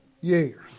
years